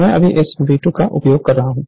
मैं अभी इस V2 का उपयोग कर रहा हूं